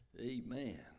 Amen